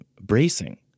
bracing